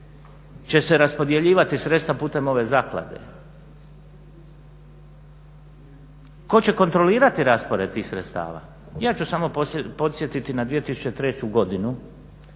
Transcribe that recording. će se raspodjeljivati sredstava putem ove zaklade, tko će kontrolirati raspored tih sredstava. Ja ću samo podsjetiti na 2003. godinu